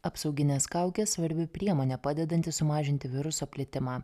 apsauginės kaukės svarbi priemonė padedanti sumažinti viruso plitimą